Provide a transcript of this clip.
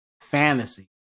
fantasy